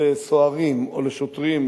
לסוהרים או לשוטרים,